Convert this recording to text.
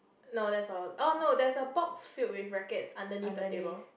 no that's all oh no there's a box filled with rackets underneath the table